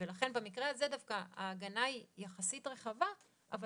במקרה הזה דווקא ההגנה היא יחסית רחבה אבל